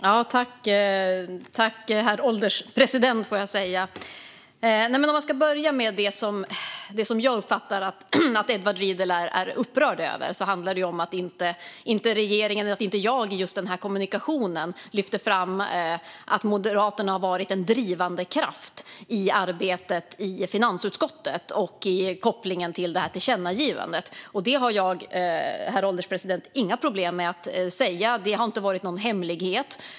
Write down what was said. Herr ålderspresident! Om jag ska börja med det som jag uppfattar att Edward Riedl är upprörd över handlar det om att inte regeringen eller jag i just den här kommunikationen lyfte fram att Moderaterna har varit en drivande kraft i arbetet i finansutskottet och i kopplingen till tillkännagivandet. Det har jag, herr ålderspresident, inga problem med att säga. Det har inte varit någon hemlighet.